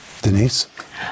Denise